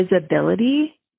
visibility